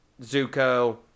Zuko